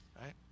Right